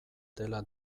dela